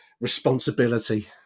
responsibility